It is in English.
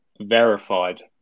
verified